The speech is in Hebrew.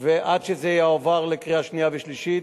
עד שזה יועבר לקריאה שנייה ושלישית,